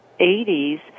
80s